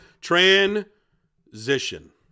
transition